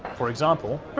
for example